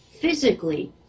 physically